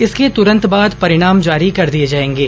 इसके तुरंत बाद परिणाम जारी कर दिए जाएंगे